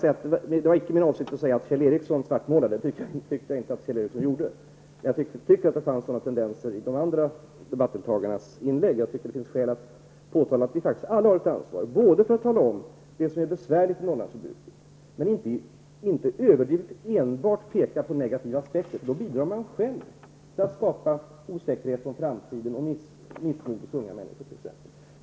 Det var icke min avsikt att säga att Kjell Ericsson svartmålade -- det tyckte jag inte att han gjorde. Jag tyckte däremot att det fanns sådana tendenser i de andra debattdeltagarnas inlägg. Jag tyckte att det fanns skäl att påpeka att vi alla har ett ansvar att påtala vad som är besvärligt i Norrlandsjordbruket men inte att överdrivet peka på negativa aspekter -- då bidrar man själv till att skapa osäkerhet om framtiden och missmod hos t.ex. unga människor.